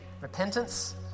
repentance